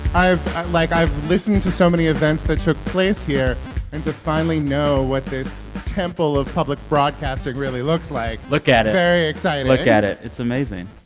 like, i've listened to so many events that took place here. and to finally know what this temple of public broadcasting really looks like. look at it. very exciting look at it. it's amazing.